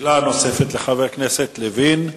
שאלה נוספת לחבר הכנסת לוין.